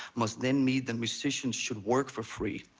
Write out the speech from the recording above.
must then mean the musicians should work for free.